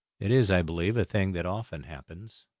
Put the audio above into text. it is, i believe, a thing that often happens.